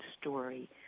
story